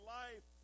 life